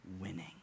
winning